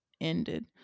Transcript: ended